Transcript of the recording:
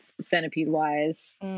centipede-wise